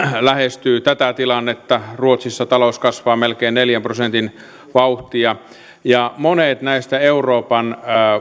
lähestyy tätä tilannetta ruotsissa talous kasvaa melkein neljän prosentin vauhtia ja monet näistä euroopan